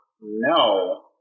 No